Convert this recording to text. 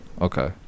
Okay